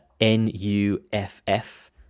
N-U-F-F